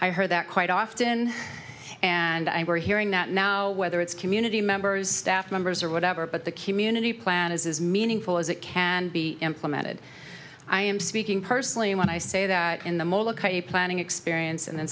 i heard that quite often and i were hearing that now whether it's community members staff members or whatever but the community plan is as meaningful as it can be implemented i am speaking personally when i say that in the planning experience and